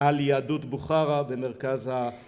על יהדות בוכרה במרכז ה...